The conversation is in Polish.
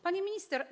Pani Minister!